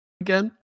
again